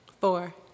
Four